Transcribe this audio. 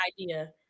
idea